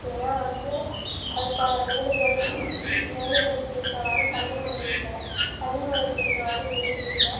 ஏன்னால் வந்து அதுக்கான வேலைகளும் இல் வேலைகளுக்கு ஏற்றவாறும் கல்வி முறை இல்லை கல்வி முறைக்கு ஏற்றவாறு வேலை இல்லை